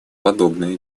подобное